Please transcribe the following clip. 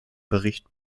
bericht